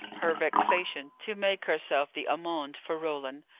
her vexation to make herself the amende for roland,